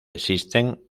existen